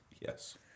Yes